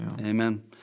Amen